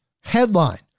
Headline